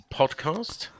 podcast